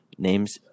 Names